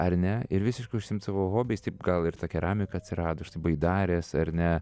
ar ne ir visiškai užsiimt savo hobiais taip gal ir ta keramika atsirado štai baidarės ar ne